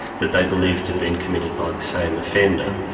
that they believed had been committed by the same offender.